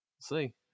see